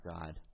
God